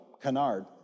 canard